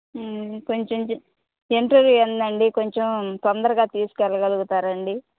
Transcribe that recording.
కొంచెం ఇంటర్వ్యూ ఉందండి కొంచెం తొందరగా తీసుకెళ్ళగలుగుతారా అండి